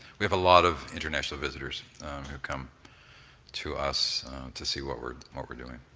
we have a lot of international visitors who come to us to see what we're what we're doing.